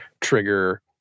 trigger